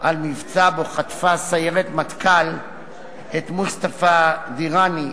מבצע שבו חטפה סיירת מטכ"ל את מוסטפא דיראני.